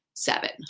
Seven